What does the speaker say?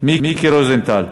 מיקי רוזנטל,